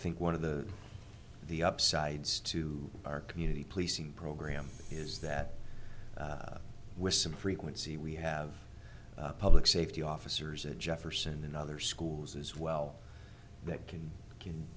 think one of the the upsides to our community policing program is that with some frequency we have public safety officers at jefferson and other schools as well that can